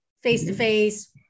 face-to-face